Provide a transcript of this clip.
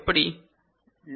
எப்படி